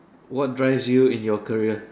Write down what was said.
what drives you in your career